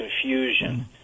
confusion